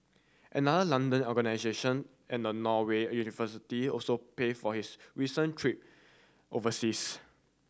another London organisation and a Norway university also paid for his recent trip overseas